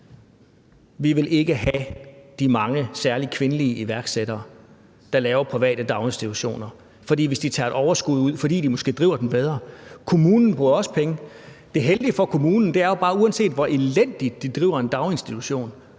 Vi vil ikke have de mange, særlig kvindelige iværksættere, der laver private daginstitutioner, hvis de tager et overskud ud, fordi de måske driver dem bedre. Kommunen bruger også penge. Det heldige for kommunen er jo bare, at uanset hvor elendigt de driver en daginstitution,